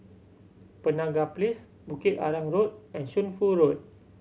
Penaga Place Bukit Arang Road and Shunfu Road